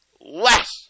less